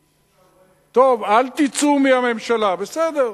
טוב, אל תצאו מהממשלה, בסדר,